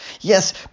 Yes